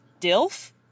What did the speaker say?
DILF